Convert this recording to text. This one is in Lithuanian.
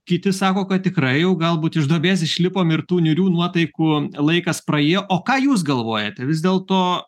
kiti sako kad tikrai jau galbūt iš duobės išlipome ir tų niūrių nuotaikų laikas praėjo o ką jūs galvojate vis dėlto